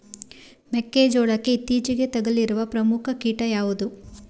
ಮೆಕ್ಕೆ ಜೋಳಕ್ಕೆ ಇತ್ತೀಚೆಗೆ ತಗುಲಿರುವ ಪ್ರಮುಖ ಕೀಟ ಯಾವುದು?